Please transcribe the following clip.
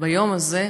ביום הזה,